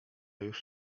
już